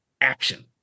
Action